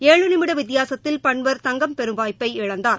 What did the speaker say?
ஏழு நிமிட வித்தியாசத்தில் பன்வர் தங்கப்பெறும் வாய்ப்பை இழந்தார்